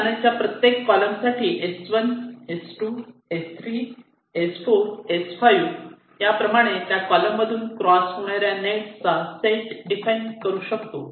आपण चॅनलच्या प्रत्येक कॉलम साठी S1 S2 S3 S4 S5 याप्रमाणे त्या कॉलम मधून क्रॉस होणाऱ्या नेट चा सेट डिफाइन करू शकतो